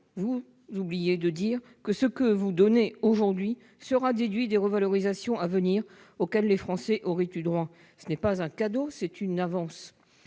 monsieur le ministre, que ce que vous donnez aujourd'hui sera déduit des revalorisations à venir auxquelles les Français auraient eu droit : ce n'est pas un cadeau, c'est une avance